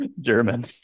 German